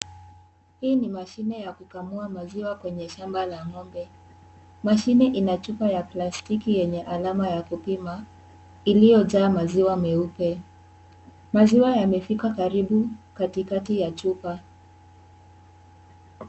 Hii ni mashine ya kukamua maziwa kwenye shamba la ng'ombe. Mashine ina chupa ya plastiki yenye alama ya kupima iliyojaa maziwa meupe. Maziwa yamefika karibu Kati kati ya chupa.